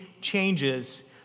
changes